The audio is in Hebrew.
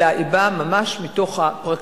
אלא היא באה ממש מתוך הפרקליטות.